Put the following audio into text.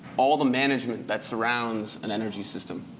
all the management that surrounds an energy system.